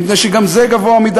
מפני שגם זה גבוה מדי,